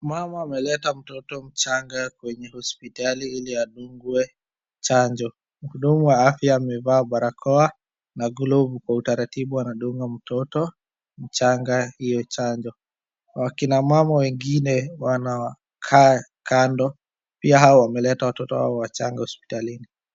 Mama amelata mtoto mchanga kwenye hospitali ili adungwe chanjo. Mhudumu wa afya amevaa barakoa na glovu, kwa utaratibu anadunga mtoto mchanga hiyo chanjo. Wakina mama wengine wanakaa kando pia hao wameleta watoto wao wachanga hospitalini.